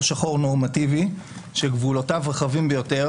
שחור נורמטיבי שגבולותיו רחבים ביותר.